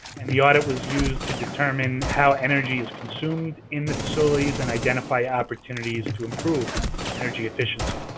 and the audit was used to determine how energy is consumed in the facilities and identify opportunities to improve energy efficiency.